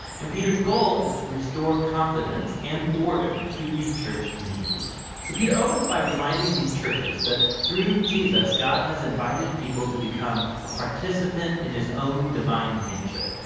and peter's goal is to restore confidence and order to these church communities. so peter opens by reminding these churches that through jesus, god has invited people to become a participant in his own divine nature.